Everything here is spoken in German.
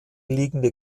liegende